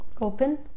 Open